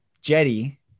Jetty